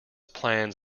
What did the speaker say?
plans